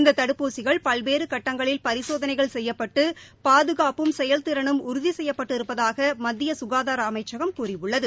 இந்த தடுப்பூசிகள் பல்வேறு கட்டங்களில் பரிசோதனைகள் செய்யப்பட்டு பாதுகாப்பும் செயல் திறனும் உறுதி செய்யப்பட்டிருப்பதாக மத்திய சுகாதார அமைச்சகம் கூறியுள்ளது